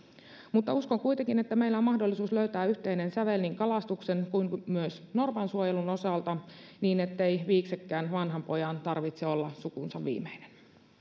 mutta uskon kuitenkin että meillä on mahdollisuus löytää yhteinen sävel niin kalastuksen kuin myös norpansuojelun osalta niin ettei viiksekkään vanhanpojan tarvitse olla sukunsa viimeinen